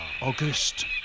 August